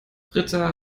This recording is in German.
britta